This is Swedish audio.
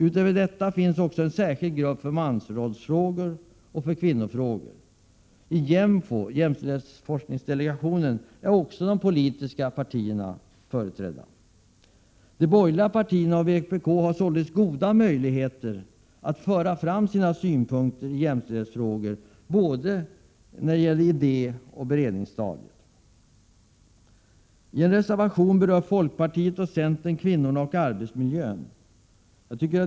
Utöver detta finns en särskild grupp för mansrollsfrågor och en för kvinnofrågor. I JÄMFO -— jämställdhetsforskningsdelegationen — är också de politiska partierna företrädda. De borgerliga partierna och vpk har således goda möjligheter att föra fram sina synpunkter i jämställdhetsfrågor på både idé och beredningsstadiet. I en reservation berör folkpartiet och centern kvinnorna och arbetsmiljön.